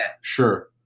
sure